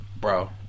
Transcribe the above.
bro